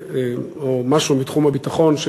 או על משהו מתחום הביטחון,